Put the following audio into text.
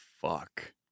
fuck